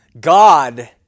God